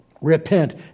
repent